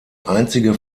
einzige